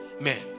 man